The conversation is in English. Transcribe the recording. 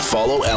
Follow